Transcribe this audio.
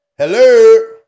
Hello